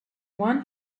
one